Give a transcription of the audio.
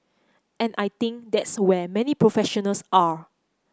and I think that's where many professionals are